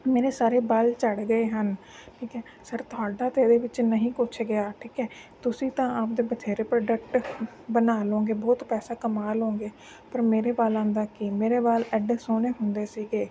ਮੇਰੇ ਸਾਰੇ ਬਾਲ ਝੜ ਗਏ ਹਨ ਠੀਕ ਹੈ ਸਰ ਤੁਹਾਡਾ ਤਾਂ ਇਹਦੇ ਵਿੱਚ ਨਹੀਂ ਕੁਛ ਗਿਆ ਠੀਕ ਹੈ ਤੁਸੀਂ ਤਾਂ ਆਪਦੇ ਬਥੇਰੇ ਪ੍ਰੋਡਕਟ ਬਣਾ ਲੋਂਗੇ ਬਹੁਤ ਪੈਸਾ ਕਮਾ ਲੋਂਗੇ ਪਰ ਮੇਰੇ ਬਾਲਾਂ ਦਾ ਕੀ ਮੇਰੇ ਬਾਲ ਐਡੇ ਸੋਹਣੇ ਹੁੰਦੇ ਸੀਗੇ